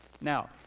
Now